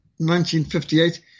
1958